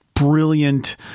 brilliant